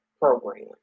program